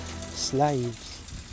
Slaves